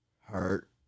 hurt